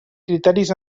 criteris